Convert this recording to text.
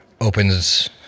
opens